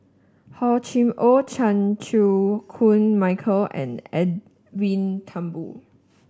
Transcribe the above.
Hor Chim Or Chan Chew Koon Michael and Edwin Thumboo